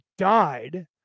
died